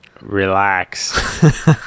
Relax